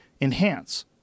enhance